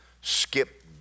skip